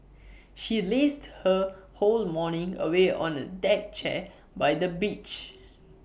she lazed her whole morning away on A deck chair by the beach